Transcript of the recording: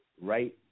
right